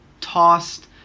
tossed